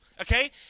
Okay